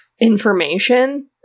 information